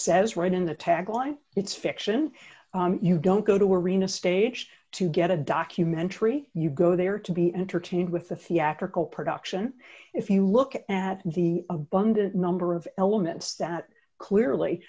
says right in the tagline it's fiction you don't go to were arena staged to get a documentary you go there to be entertained with a theatrical production if you look at the abundant number of elements that clearly